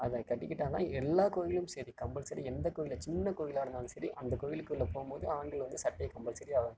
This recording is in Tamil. அதை கட்டிக்கிட்டால் தான் எல்லா கோயிலும் சரி கம்பல்சரி எந்த கோயிலில் சின்ன கோயிலாக இருந்தாலும் சரி அந்த கோயிலுக்குள்ளே போகும்போது ஆண்கள் வந்து சட்டையை கம்பல்சரியாக